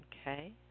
Okay